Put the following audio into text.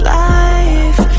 life